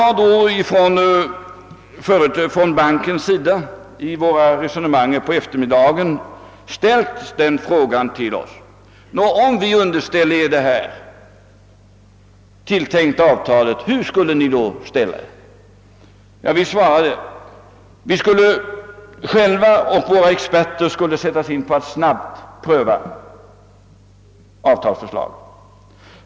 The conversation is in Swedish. Vid resonemangen den aktuella eftermiddagen ställde banken frågan: Om vi underställer er det tilltänkta avtalet, hur skulle ni då ställa er? Svaret blev, att för det första skulle våra experter få göra en snabb prövning av avtalsförslaget.